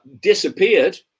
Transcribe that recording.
disappeared